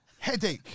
Headache